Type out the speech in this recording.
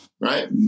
Right